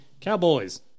cowboys